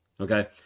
Okay